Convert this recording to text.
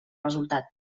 resultat